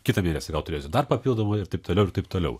kita mėnesį gal turėsiu dar papildomai ir taip toliau ir taip toliau